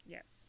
Yes